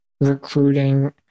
recruiting